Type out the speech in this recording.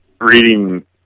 reading